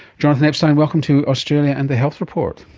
jonathan epstein, welcome to australia and the health report.